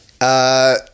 Uh-